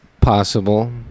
possible